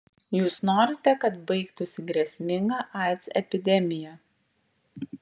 jūs norite kad baigtųsi grėsminga aids epidemija